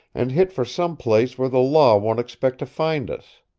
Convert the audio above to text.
and hit for some place where the law won't expect to find us.